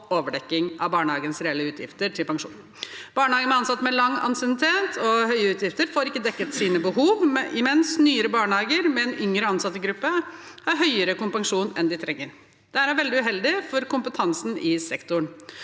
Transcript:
og overdekking av barnehagens reelle utgifter til pensjon. Barnehager med ansatte med lang ansiennitet og høye utgifter får ikke dekket sine behov, mens nyere barnehager, med en yngre ansattgruppe, har høyere kompensasjon enn de trenger. Dette er veldig uheldig for kompetansen i sektoren.